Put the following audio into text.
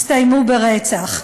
הסתיימו ברצח.